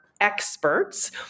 experts